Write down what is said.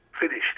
finished